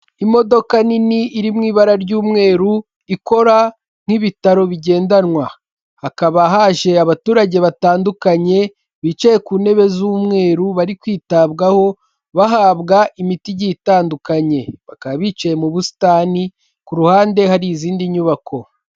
Imodoka nini iri mu ibara ry'umweru ikora nk'ibitaro bigendanwa, hakaba haje abaturage batandukanye bicaye ku ntebe z'umweru bari kwitabwaho bahabwa imiti igiye itandukanye bakaba bicaye mu busitani ku ruhande hari izindi nyubako.